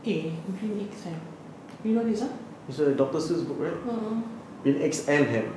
K in three weeks time you know this one